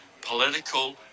political